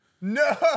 No